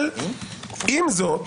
עם זאת